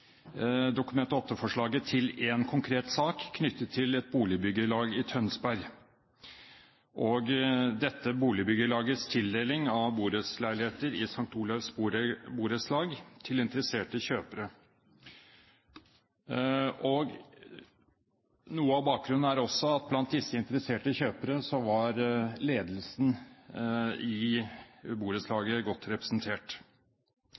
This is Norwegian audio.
konkret sak knyttet til et boligbyggelag i Tønsberg og dette boligbyggelagetes tildeling av borettsleiligheter i St Olavs Borettslag til interesserte kjøpere. Noe av bakgrunnen er også at blant de interesserte kjøpere var ledelsen i